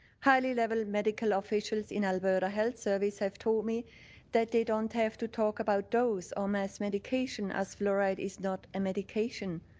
highly level medical officials in alberta health services have told me that they don't have to talk about dose or mass medication as fluoride is not a medication.